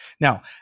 Now